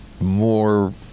more